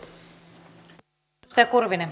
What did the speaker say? arvoisa puhemies